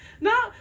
no